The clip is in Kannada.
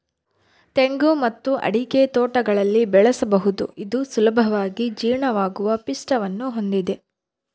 ತೆಂಗು ಮತ್ತು ಅಡಿಕೆ ತೋಟಗಳಲ್ಲಿ ಬೆಳೆಸಬಹುದು ಇದು ಸುಲಭವಾಗಿ ಜೀರ್ಣವಾಗುವ ಪಿಷ್ಟವನ್ನು ಹೊಂದಿದೆ